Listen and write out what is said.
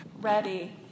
Ready